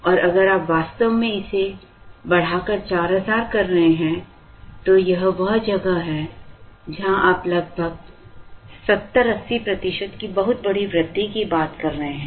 और अगर आप वास्तव में इसे बढ़ाकर 4000 कर रहे हैं तो यह वह जगह है जहां आप लगभग 70 80 प्रतिशत की बहुत बड़ी वृद्धि की बात कर रहे हैं